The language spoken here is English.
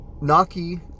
Naki